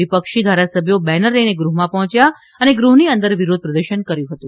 વિપક્ષી ધારાસભ્યો બેનર લઈને ગૃહમાં પહોંચ્યા હતા અને ગૃહની અંદર વિરોધ પ્રદર્શન કર્યું હતું